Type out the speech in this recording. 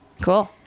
Cool